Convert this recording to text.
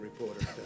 reporter